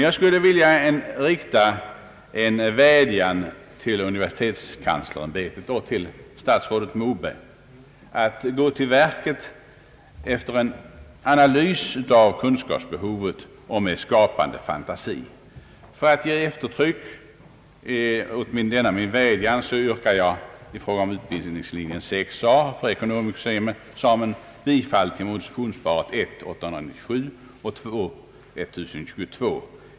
Jag vill rikta en vädjan till universitetskanslersämbetet — och = till statsrådet Moberg — att gå till verket efter en analys av kunskapsbehovet och med skapande fantasi. För att ge eftertryck åt denna min vädjan yrkar jag i fråga om utbildningslinje 6 a för ekonomexamen bifall till motionsparet I: 897 och II: 1022.